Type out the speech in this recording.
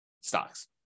stocks